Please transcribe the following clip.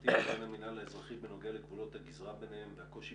המשפטים לבין המינהל האזרחי בנוגע לפעולות הגזרה ביניהם והקושי